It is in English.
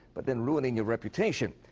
but then ruining your reputation.